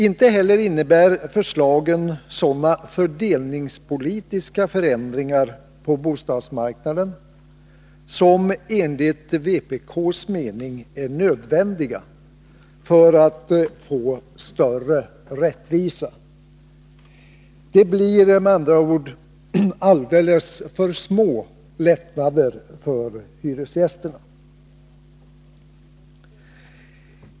Inte heller innebär förslagen sådana fördelningspolitiska förändringar på bostadsmarknaden som enligt vpk:s mening är nödvändiga för att man skall få större rättvisa. Det blir med andra ord alldeles för små lättnader för hyresgästerna.